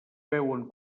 veuen